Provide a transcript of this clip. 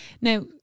Now